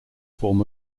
form